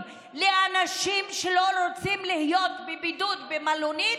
לאנשים שלא רוצים להיות בבידוד במלונית,